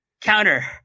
counter